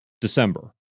December